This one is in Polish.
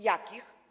Jakich?